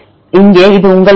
இங்கே இது உங்கள் வரிசை